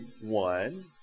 one